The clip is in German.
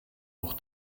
auch